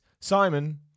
simon